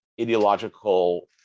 ideological